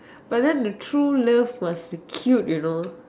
but then the true love must be cute you know